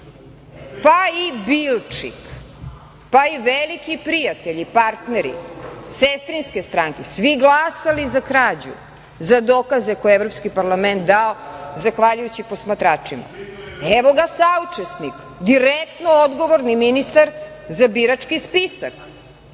pa i Bilčik, pa i veliki prijatelji, partneri, sestrinske stranke, svi glasali za krađu, za dokaze koje je Evropski parlament dao zahvaljujući posmatračima. Evo ga sučesnik, direktno odgovorni ministar za birački spisak,